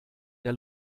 der